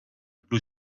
blue